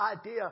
idea